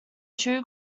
true